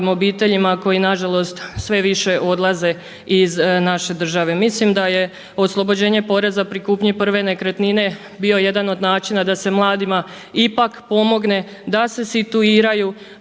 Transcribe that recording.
obiteljima koji nažalost sve više odlaze iz naše države. Mislim da je oslobođenje poreza pri kupnji prve nekretnine bio jedan od načina da se mladima ipak pomogne da se situiraju